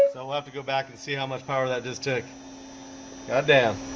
i'll have to go back and see how much power that just took god, damn,